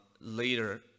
later